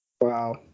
Wow